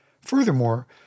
Furthermore